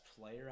player